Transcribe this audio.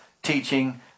Teaching